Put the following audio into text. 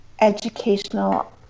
educational